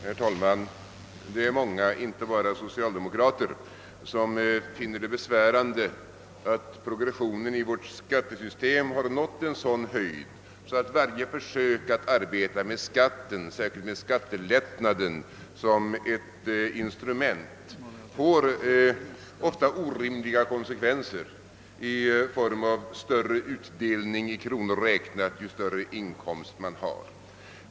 Herr talman! Det är många, inte bara socialdemokrater, som finner det besvärande att progressionen i vårt skattesystem har nått en sådan höjd, att varje försök att arbeta med skatten, särskilt med skattelättnaden, som ett instrument ofta får orimliga konsekvenser i form av större utdelning i kronor räknat ju större inkomst man har.